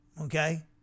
okay